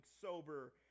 sober